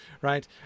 right